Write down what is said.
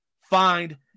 find